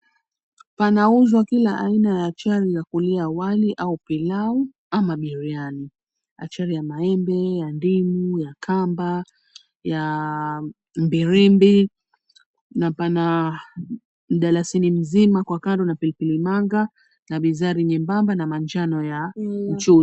Panauzwa kila aina ya achari ya kulia wali, au pilau ama biriani. Achari ya maembe, ya ndimu, ya kamba, ya mbirimbi na pana mdalasini mzima kwa kando na pilipili manga na bizari nye𝑚bamba na manjano ya mchuzi.